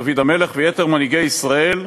דוד המלך ויתר מנהיגי ישראל,